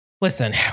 listen